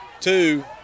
Two